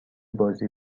بازی